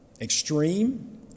extreme